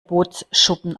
bootsschuppen